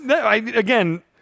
Again